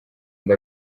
undi